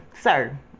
Sir